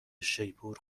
شیپور